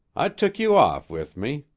i tuk you off with me,